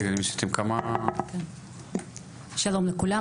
שלום לכולם,